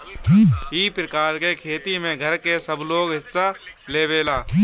ई प्रकार के खेती में घर के सबलोग हिस्सा लेवेला